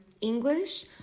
English